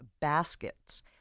baskets